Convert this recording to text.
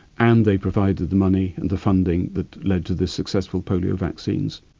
and they provided the money and the funding that led to the successful polio vaccines.